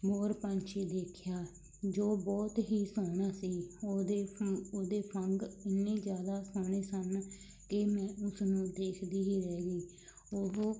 ਮੋਰ ਪੰਛੀ ਦੇਖਿਆ ਜੋ ਬਹੁਤ ਹੀ ਸੋਹਣਾ ਸੀ ਉਹਦੇ ਫ ਉਹਦੇ ਫੰਗ ਇੰਨੇ ਜ਼ਿਆਦਾ ਸੋਹਣੇ ਸਨ ਕਿ ਮੈਂ ਉਸ ਨੂੰ ਦੇਖਦੀ ਹੀ ਰਹਿ ਗਈ ਉਹ